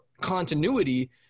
continuity